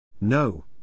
No